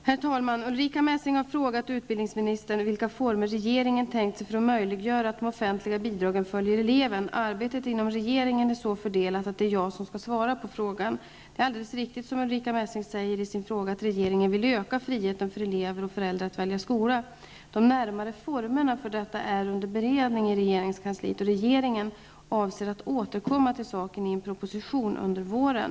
Herr talman! Ulrica Messing har frågat utbildningsministern vilka former regeringen tänkt sig för att möjliggöra att de offentliga bidragen följer eleven. Arbetet inom regeringen är så fördelat att det är jag som skall svara på frågan. Det är alldeles riktigt som Ulrica Messing säger i sin fråga att regeringen vill öka friheten för elever och föräldrar att välja skola. De närmare formerna för detta är under beredning i regeringskansliet, och regeringen avser att återkomma till saken i en proposition under våren.